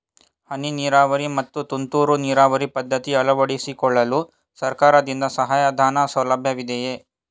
ಹನಿ ನೀರಾವರಿ ಮತ್ತು ತುಂತುರು ನೀರಾವರಿ ಪದ್ಧತಿ ಅಳವಡಿಸಿಕೊಳ್ಳಲು ಸರ್ಕಾರದಿಂದ ಸಹಾಯಧನದ ಸೌಲಭ್ಯವಿದೆಯೇ?